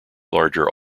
larger